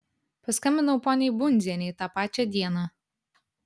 paskambinau poniai bundzienei tą pačią dieną